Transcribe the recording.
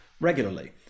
regularly